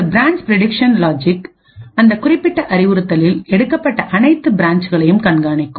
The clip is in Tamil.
ஒரு பிரான்ச் பிரடிக்சன் லாஜிக்அந்த குறிப்பிட்ட அறிவுறுத்தலில் எடுக்கப்பட்ட அனைத்து பிரான்ச்களையும் கண்காணிக்கும்